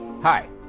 Hi